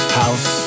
house